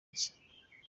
nshya